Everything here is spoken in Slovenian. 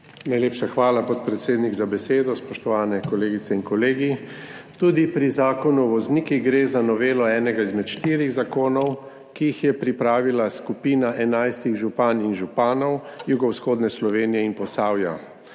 Najlepša hvala, podpredsednik, za besedo. Spoštovane kolegice in kolegi! Tudi pri Zakonu o voznikih gre za novelo enega izmed štirih zakonov, ki jih je pripravila skupina 11 županj in županov jugovzhodne Slovenije in Posavja.